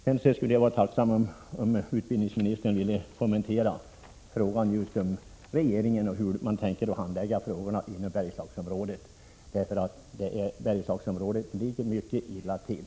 Jag skulle också vara tacksam om utbildningsministern ville kommentera hur man inom regeringen tänker handlägga de frågor som rör Bergslagsområdet i här berörda del, som ju är ett område som ligger mycket illa till.